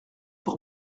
pour